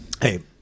hey